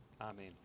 Amen